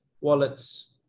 wallets